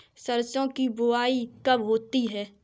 सरसों की बुआई कब होती है?